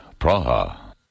Praha